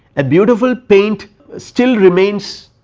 a beautiful paint still remains